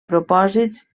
propòsits